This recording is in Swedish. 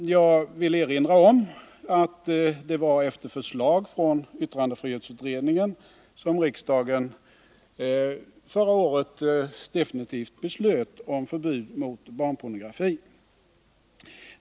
Jag vill erinra om att det var efter förslag från yttrandefrihetsutredningen som riksdagen förra året definitivt beslöt om förbud mot barnpornografi.